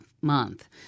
Month